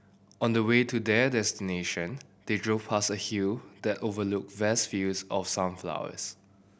on the way to their destination they drove past a hill that overlooked vast fields of sunflowers